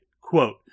Quote